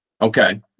Okay